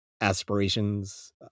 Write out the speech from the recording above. aspirations